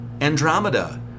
Andromeda